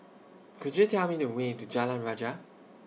Could YOU Tell Me The Way to Jalan Rajah